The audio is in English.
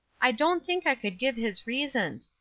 i don't think i could give his reasons.